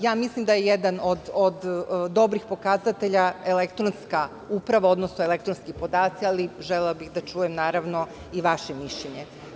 Ja mislim da je jedan od dobrih pokazatelja elektronska uprava, odnosno elektronski podaci, ali želela bih da čujem, naravno, i vaše mišljenje.